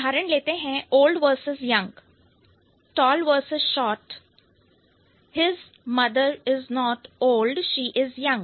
उदाहरण लेते हैं old versus youngओल्ड versus young tall versus short tall versus short His mother is not old she is young his mother is not old she is young